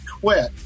quit